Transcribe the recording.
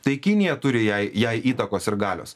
tai kinija turi jai jai įtakos ir galios